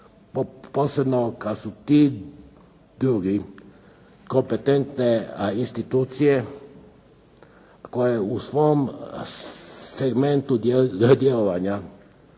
Posebno kad su ti drugi kompetentne institucije koje u svom segmentu djelovanja